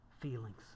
feelings